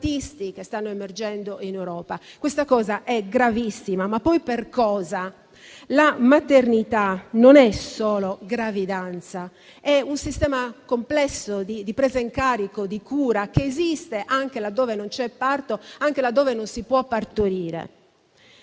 che stanno emergendo in Europa e questa cosa è gravissima. Ma poi, per cosa? La maternità non è solo gravidanza, è un sistema complesso di presa in carico, di cura, che esiste anche laddove non c'è parto, anche laddove non si può partorire.